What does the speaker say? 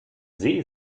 see